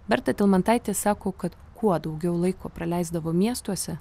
berta talmantaitė sako kad kuo daugiau laiko praleisdavo miestuose